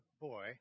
boy